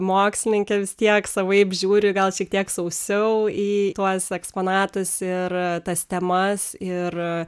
mokslininkė vis tiek savaip žiūri gal šiek tiek sausiau į tuos eksponatus ir tas temas ir